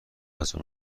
غذا